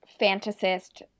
fantasist